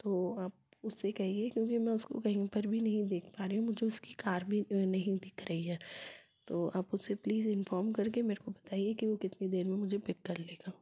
तो आप उसे कहिए क्योंकि मैं उसको कहीं पर भी नहीं देख पा रही हूँ मुझे उसकी कार भी नहीं दिख रही है तो आप उससे प्लीज इन्फॉर्म करके मेरे को बताइए की वह कितनी देर में मुझे पिक कर लेगा